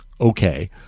okay